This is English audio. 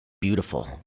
beautiful